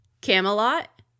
Camelot